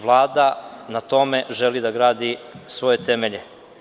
Vlada na tome želi da gradi svoje temelje.